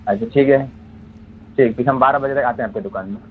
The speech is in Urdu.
اچھا ٹھیک ہے ٹھیک ٹھیک ہم بارہ بجے تک آتے ہیں آپ کی دوکان میں